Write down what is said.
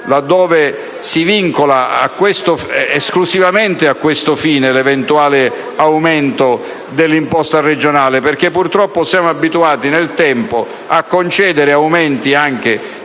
la` dove si vincola «esclusivamente» a questo fine l’eventuale aumento dell’imposta regionale. Purtroppo, siamo abituati nel tempo a concedere aumenti, anche